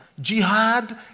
Jihad